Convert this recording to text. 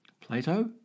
Plato